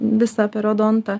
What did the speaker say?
visą periodontą